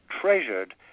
treasured